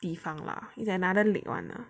地方 lah is another league one ah